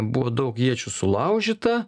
buvo daug iečių sulaužyta